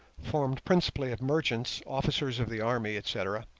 formed principally of merchants, officers of the army, etc.